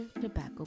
Tobacco